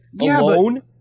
alone